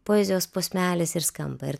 poezijos posmelis ir skamba ir